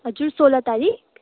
हजुर सोह्र तारिक